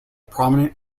prominent